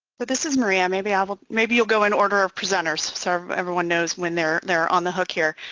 but this is maria. maybe i will, maybe you'll go in order of presenters sort of so everyone knows when they're there on the hook here.